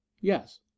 Yes